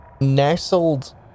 nestled